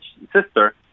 sister